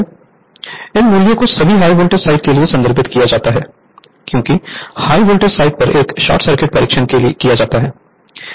इन मूल्यों को सभी हाई वोल्टेज साइड के लिए संदर्भित किया जाता है क्योंकि हाय वोल्टेज साइड पर एक शॉर्ट सर्किट परीक्षण किया जाता है